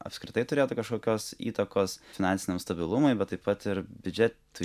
apskritai turėtų kažkokios įtakos finansiniam stabilumui bet taip pat ir biudžetui